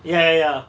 ya ya